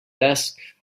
desk